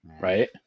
right